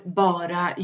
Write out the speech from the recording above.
bara